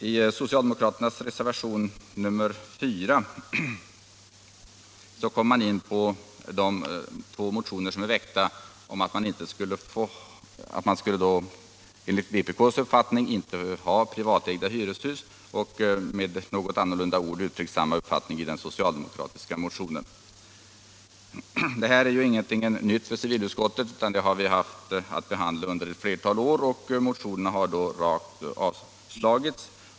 I socialdemokraternas reservation nr 4 kommer man in på de två motioner som är väckta om att det, enligt vpk:s uppfattning, inte skulle få finnas privatägda hyreshus; med något annorlunda ord uttrycks samma uppfattning i den socialdemokratiska motionen. Detta är ingenting nytt för civilutskottet, utan vi har haft att behandla liknande motioner under ett flertal år, och motionerna har då avstyrkts.